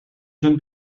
jeunes